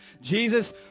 Jesus